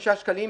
6 שקלים,